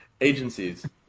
Agencies